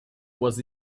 was